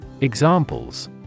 Examples